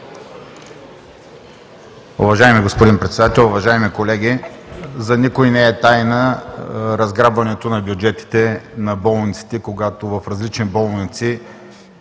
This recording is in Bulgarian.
Уважаеми господин Председател, уважаеми колеги! За никого не е тайна разграбването на бюджетите на болниците, когато в различни болници